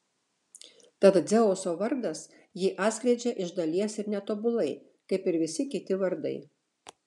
tad dzeuso vardas jį atskleidžia iš dalies ir netobulai kaip ir visi kiti vardai